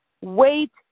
wait